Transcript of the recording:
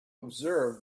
observe